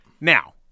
Now